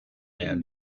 man